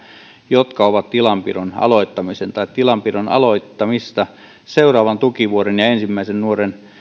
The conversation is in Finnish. jotka ovat tilanpidon aloittamisen tai tilanpidon aloittamista seuraavan tukivuoden ja ensimmäisen nuoren